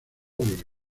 gaulle